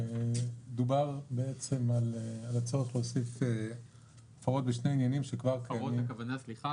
מדובר על הצורך להוסיף הפרות בשני עניינים שכבר -- סליחה,